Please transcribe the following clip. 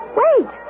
wait